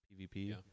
PvP